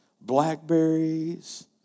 Blackberries